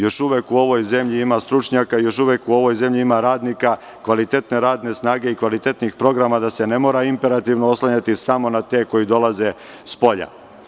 Još uvek u ovoj zemlji ima stručnjaka i još uvek u ovoj zemlji ima radnika, kvalitetne radne snagei kvalitetnih programa da se ne mora imperativno oslanjati samo na te koji dolaze spolja.